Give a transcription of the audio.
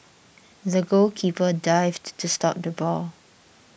the goalkeeper dived to stop the ball